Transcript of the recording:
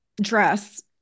dress